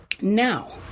Now